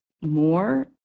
more